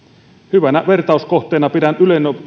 hyvänä vertauskohteena pidän